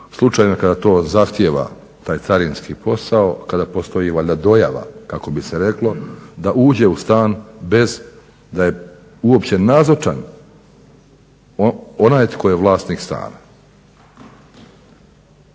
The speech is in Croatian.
slučajevima kada to zahtijeva taj carinski posao, kada postoji valjda dojava kako bi se reklo da uđe u stan bez da je uopće nazočan onaj tko je vlasnik stana.